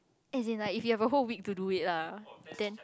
as in like if you have like a whole week to do it lah then